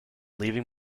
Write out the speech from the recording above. leaving